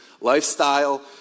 lifestyle